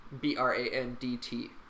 B-R-A-N-D-T